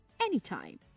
anytime